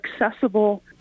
accessible